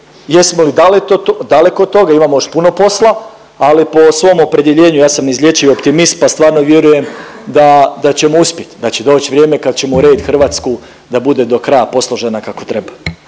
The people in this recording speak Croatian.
Jesmo li, daleko od toga imamo još puno posla, ali po svom opredjeljenju ja sam neizlječivi optimist pa stvarno vjerujem da ćemo uspjeti, da će doći vrijeme kad ćemo urediti Hrvatsku da bude do kraja posložena kako treba.